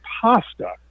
pasta